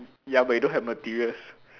ya but you don't have materials